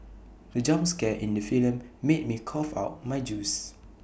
the jump scare in the film made me cough out my juice